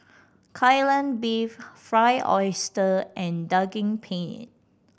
Kai Lan Beef Fried Oyster and Daging Penyet